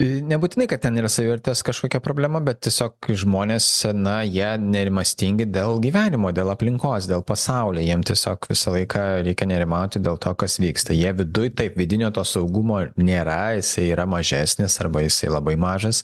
nebūtinai kad ten yra savivertės kažkokia problema bet tiesiog žmonės na jie nerimastingi dėl gyvenimo dėl aplinkos dėl pasaulio jiem tiesiog visą laiką reikia nerimauti dėl to kas vyksta jie viduj taip vidinio to saugumo nėra jisai yra mažesnis arba jisai labai mažas